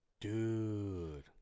dude